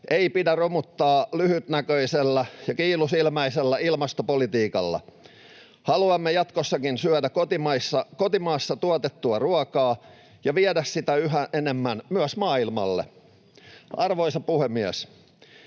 ei pidä romuttaa lyhytnäköisellä ja kiilusilmäisellä ilmastopolitiikalla. Haluamme jatkossakin syödä kotimaassa tuotettua ruokaa ja viedä sitä yhä enemmän myös maailmalle. Arvoisa puhemies!